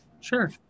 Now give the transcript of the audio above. Sure